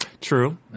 True